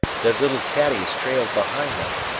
their little caddies trailed behind them.